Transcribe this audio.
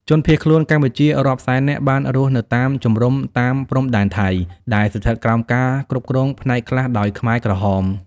ជនភៀសខ្លួនកម្ពុជារាប់សែននាក់បានរស់នៅក្នុងជំរំតាមព្រំដែនថៃ ដែលស្ថិតក្រោមការគ្រប់គ្រងផ្នែកខ្លះដោយខ្មែរក្រហម។